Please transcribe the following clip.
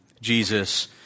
Jesus